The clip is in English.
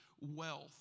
wealth